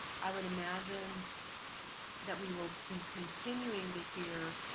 i would imagine that we will be continuing to hear